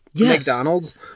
McDonald's